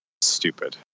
stupid